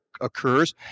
occurs